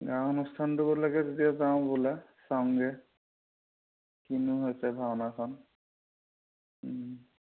গাঁৱৰ অনুষ্ঠানটো হ'ব লাগে যেতিয়া যাওঁ ব'লা চাওঁগৈ কিনো হৈছে ভাওনাখন